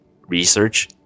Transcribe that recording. Research